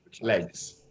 legs